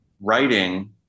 writing